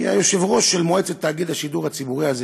היושב-ראש של מועצת תאגיד השידור הציבורי הזה,